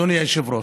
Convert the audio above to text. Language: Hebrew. אדוני היושב-ראש.